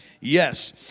Yes